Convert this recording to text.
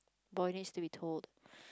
boy needs to be told